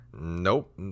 Nope